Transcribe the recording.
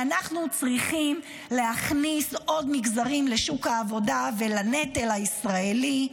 שאנחנו צריכים להכניס עוד מגזרים לשוק העבודה ולנטל הישראלי,